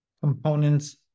components